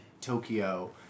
Tokyo